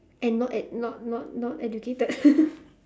and not ed~ not not not educated